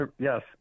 Yes